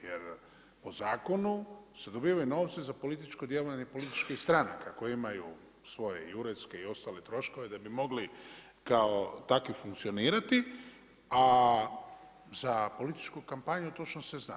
Jer po zakonu se dobivaju novci za političko djelovanje političkih stranaka koje imaju svoje i uredske i ostale troškove da bi mogli kao takvi funkcionirati a za političku kampanju točno se zna.